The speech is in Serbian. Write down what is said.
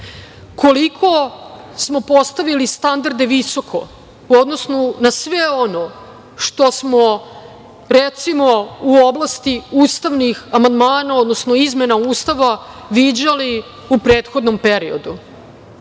Koliko smo postavili standarde visoko, u odnosu na sve ono što smo recimo, u oblasti ustavnih amandmana, odnosno, izmena Ustava viđali u prethodnom periodu. Mi